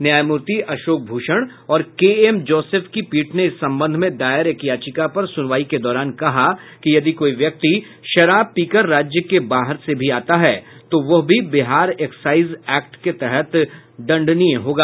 न्यायमूर्ति अशोक भूषण और K M Joseph की पीठ ने इस संबंध में दायर एक याचिका पर सुनवाई के दौरान कहा कि यदि कोई व्यक्ति शराब पीकर राज्य के बाहर से भी आता है तो वह भी बिहार एक्साइज एक्ट के तहत दंडनीय होगा